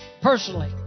personally